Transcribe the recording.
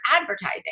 advertising